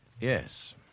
Yes